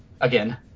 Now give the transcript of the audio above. again